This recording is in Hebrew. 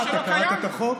אתה קראת את החוק?